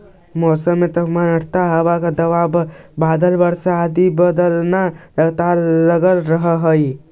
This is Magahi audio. मौसम में तापमान आद्रता हवा का दबाव बादल वर्षा आदि का बदलना लगातार लगल रहअ हई